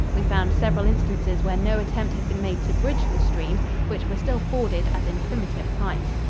we found several instances where no attempt had been made to bridge the streams, which were still forded as in primitive times.